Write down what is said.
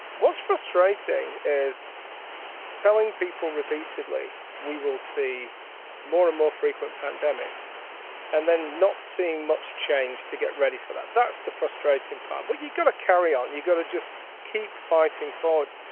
was frustrating as telling people repeatedly, we will see more and more frequent pandemics and then not seeing much change to get ready for that. that's the frustrating part. but you got to carry on. you got to just keep fighting forwards.